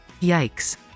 Yikes